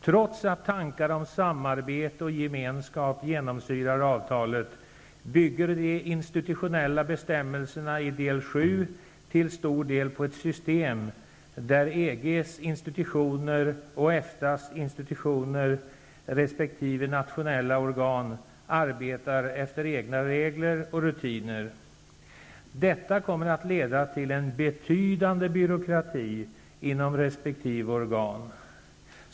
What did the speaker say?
Trots att tankar om samarbete och gemenskap genomsyrar avtalet bygger de institutionella bestämmelserna i del VII till stor del på ett system där EG:s institutioner och Eftas institutioner resp. nationella organ arbetar efter egna regler och rutiner. Detta kommer att leda till en betydande byråkrati inom resp. organ.